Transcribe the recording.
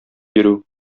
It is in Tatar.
йөрү